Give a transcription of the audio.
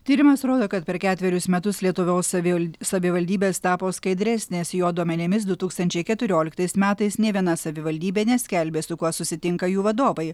tyrimas rodo kad per ketverius metus lietuvos savival savivaldybės tapo skaidresnės jo duomenimis du tūkstančiai keturioliktais metais nė viena savivaldybė neskelbė su kuo susitinka jų vadovai